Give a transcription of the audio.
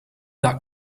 that